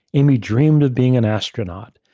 amy dreamed of being an astronaut.